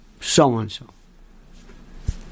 so-and-so